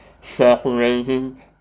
separating